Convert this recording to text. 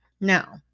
Now